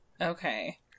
okay